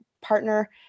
partner